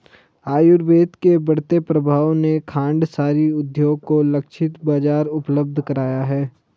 आयुर्वेद के बढ़ते प्रभाव ने खांडसारी उद्योग को लक्षित बाजार उपलब्ध कराया है